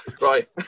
Right